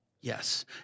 Yes